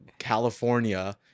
California